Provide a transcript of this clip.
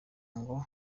ngo